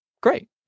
great